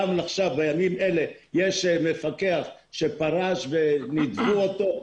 גם עכשיו בימים אלה יש מפקח שפרש ונידבו אותו.